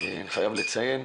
אני חייב לציין,